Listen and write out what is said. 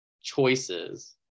choices